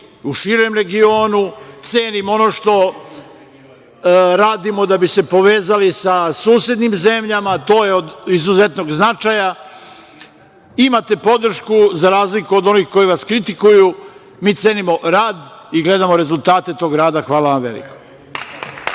u širem regionu. Cenim ono što radimo da bi se povezali sa susednim zemljama. To je od izuzetnog značaja. Imate podršku. Za razliku od onih koji vas kritikuju, mi cenimo rad i gledamo rezultate tog rada. Hvala vam veliko.